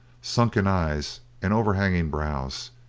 sunken eyes, and overhanging brows.